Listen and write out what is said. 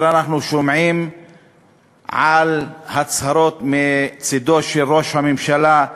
אנחנו שומעים על הצהרות מצדו של ראש הממשלה,